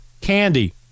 candy